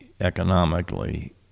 economically